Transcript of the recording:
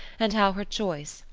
and how her choice,